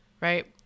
right